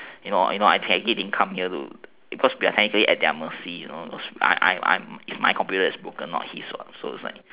you know you know I technically didn't come here to because we are technically at their mercy you know I I it's my computer that is broken not his what